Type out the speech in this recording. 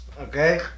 Okay